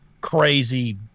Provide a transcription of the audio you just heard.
crazy